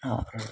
और